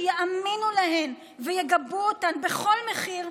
שיאמינו להן ויגבו אותן בכל מחיר,